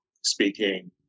speaking